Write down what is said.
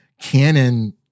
canon